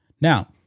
Now